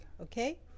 okay